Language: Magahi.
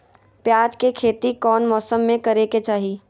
प्याज के खेती कौन मौसम में करे के चाही?